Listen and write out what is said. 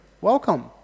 Welcome